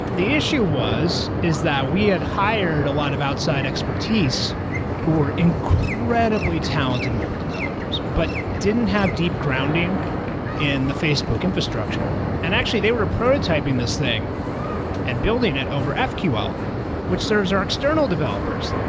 the issue was is that we had hired a lot of outside expertise who were incredibly talented mobile developers, but didn't have deep grounding in the facebook infrastructure and actually they were prototyping this thing and building it over ah fql, which serves our external developers.